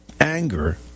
anger